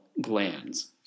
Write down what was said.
glands